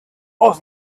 was